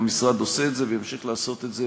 והמשרד עושה את זה וימשיך לעשות את זה,